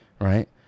right